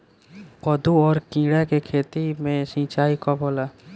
कदु और किरा के खेती में सिंचाई कब होला?